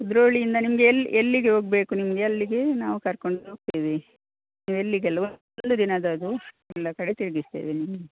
ಕುದ್ರೋಳಿಯಿಂದ ನಿಮಗೆ ಎಲ್ಲಿ ಎಲ್ಲಿಗೆ ಹೋಗ್ಬೇಕು ನಿಮಗೆ ಅಲ್ಲಿಗೆ ನಾವು ಕರ್ಕೊಂಡು ಹೋಗ್ತೇವೆ ನೀವು ಎಲ್ಲಿಗೆಲ್ಲ ಒಂದೇ ದಿನದ್ದಾ ಅದು ಎಲ್ಲಾ ಕಡೆ ತಿರುಗಿಸ್ತೇವೆ ನಿಮ್ಮ